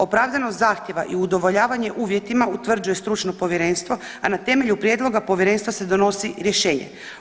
Opravdanost zahtjeva i udovoljavanje uvjetima utvrđuje stručno povjerenstvo, a na temelju prijedloga povjerenstva se donosi rješenje.